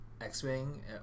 X-wing